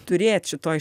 turėt šitoj